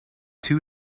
two